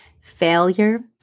Failure